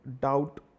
doubt